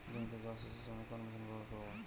জমিতে জল সেচের জন্য কোন মেশিন ব্যবহার করব?